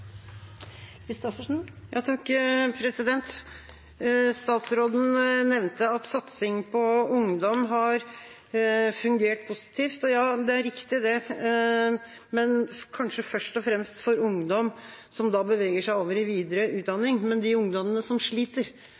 riktig, det, men kanskje først og fremst for ungdom som beveger seg over i videre utdanning. Med de ungdommene som sliter,